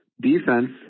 Defense